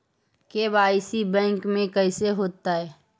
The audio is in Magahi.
के.वाई.सी बैंक में कैसे होतै?